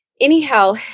anyhow